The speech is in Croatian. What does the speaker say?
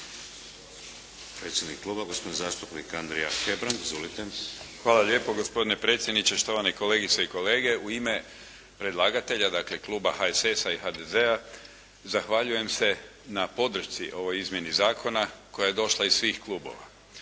Hvala lijepo gospodine predsjedniče. Štovani kolegice i kolege u ime predlagatelja dakle Kluba HSS-a i HDZ-a zahvaljujem se na podršci ovoj Izmjeni zakona koja je došla iz svih klubova.